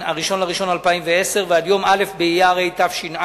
1 בינואר 2010, ועד ליום א' באייר התש"ע,